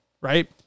right